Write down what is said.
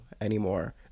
anymore